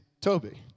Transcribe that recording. Toby